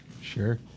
Sure